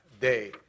day